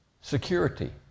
security